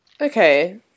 Okay